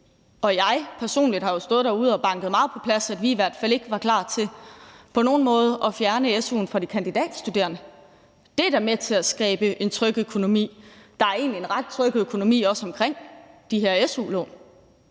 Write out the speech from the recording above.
og jeg personligt jo har stået derude og banket meget på plads, at vi i hvert fald ikke var klar til på nogen måde at fjerne su'en fra de kandidatstuderende. Det er da med til at skabe en tryg økonomi. Og der er egentlig også en ret tryg økonomi omkring de her su-lån,